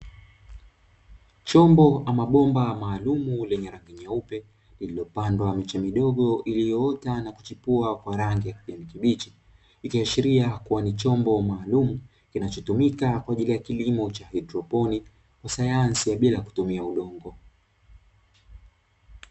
Chombo ama bomba maalumu lenye rangi nyeupe liliyopandwa miche midogo iliyoota na kuchipua kwa rangi ya kijani kibichi ikiashiria kuwa ni chombo maalum kinachotumika kwa ajili ya kilimo cha haidroponi chs sayansi bila kutumia udongo.